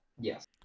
Yes